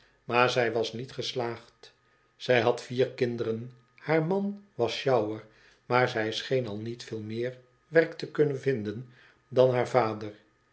maar zij was niet geslaagd zij had vier kinderen haar man was sjouwer maar hij scheen al niet veel meer werk te kunnen vinden dan haar vader